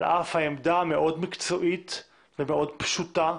על אף העמדה המאוד מקצועית ומאוד פשוטה,